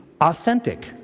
authentic